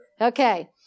Okay